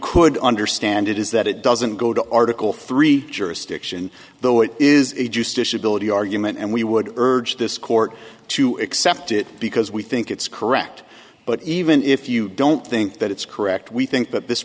could understand it is that it doesn't go to article three jurisdiction though it is a juice disability argument and we would urge this court to accept it because we think it's correct but even if you don't think that it's correct we think th